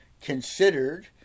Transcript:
considered